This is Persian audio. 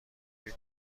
دیگه